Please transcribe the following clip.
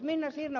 jos ed